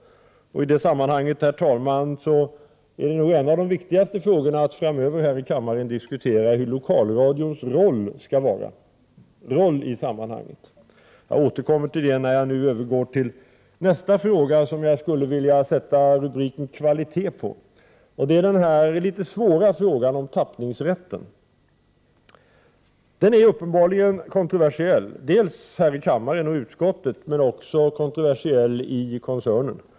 Herr talman! I detta sammanhang är en av de viktigaste frågorna att vi här i kammaren framöver diskuterar lokalradions roll i sammanhanget. Jag återkommer till detta när jag nu går över till nästa fråga, som jag skulle vilja sätta rubriken Kvalitet på. Det handlar om den litet svåra frågan om tappningsrätten. Den är uppenbarligen kontroversiell dels här i kammaren och i utskottet, dels inom koncernen.